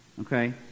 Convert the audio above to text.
okay